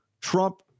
Trump